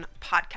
Podcast